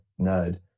nerd